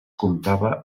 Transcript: comptava